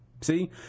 See